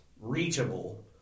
reachable